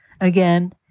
Again